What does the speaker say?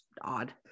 odd